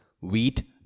wheat